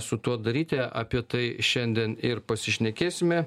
su tuo daryti apie tai šiandien ir pasišnekėsime